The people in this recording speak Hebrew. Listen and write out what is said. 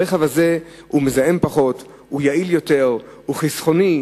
הרכב הזה מזהם פחות, הוא יעיל יותר, הוא חסכוני.